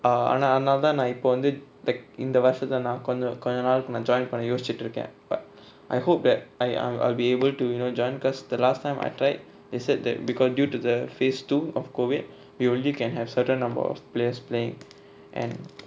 ah ஆனா அதனாலதா நா இப்ப வந்து:aana athanalatha na ippa vanthu like இந்த வருசத்த நா கொஞ்சோ கொஞ்சோ நாள்கு நா:intha varusatha na konjo konjo naalku na joint பன்ன யோசிச்சிட்டு இருக்க:panna yosichitu iruka but I hope that I I will be able to you know join because the last time I tried they said that because due to the phase two of COVID we only can have certain number of players playing and